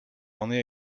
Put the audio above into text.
only